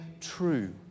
true